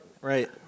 Right